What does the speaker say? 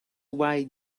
why